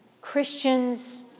Christians